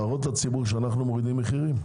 אני רוצה להראות לציבור שאנחנו מורידים מחירים.